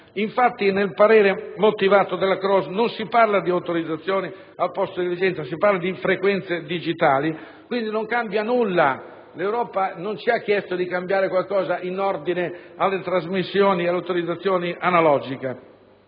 Infatti, nel parere motivato del commissario Kroes non si parla di autorizzazioni al posto di licenza, ma di frequenze digitali. Quindi, non cambia nulla. L'Europa non ci ha chiesto di cambiare qualcosa in ordine alle trasmissioni o alle autorizzazioni analogiche.